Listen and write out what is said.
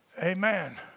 Amen